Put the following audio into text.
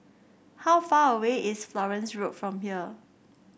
how far away is Florence Road from here